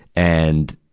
and,